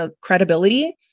credibility